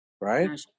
Right